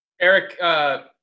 Eric